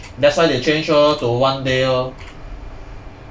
that's why they change orh to one day lor